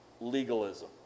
legalism